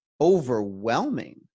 overwhelming